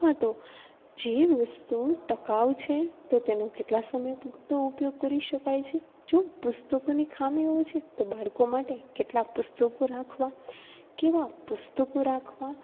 અથવા તો જે વસ્તુ ટકાવ છે તો તેનો કેટલા સમય પુરતો ઉપયોગ કરી શકાય છે જો પુસ્તકોની ખામી ઓછી તો બાળકો માટે કેટલા પુસ્તકો રાખવા કેવા પુસ્તકો રાખવા